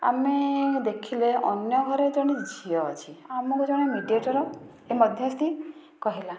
ଆମେ ଦେଖିଲେ ଅନ୍ୟ ଘରେ ଜଣେ ଝିଅ ଅଛି ଆମକୁ ଜଣେ ମିଡ଼ିଏଟର୍ ମଧ୍ୟସ୍ଥି କହିଲା